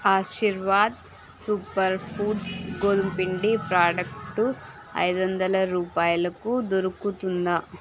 Aashirvaad super foods గోధుమ పిండి product ఐదు వందల రూపాయలకు దొరుకుతుందా